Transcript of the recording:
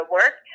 work